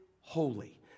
holy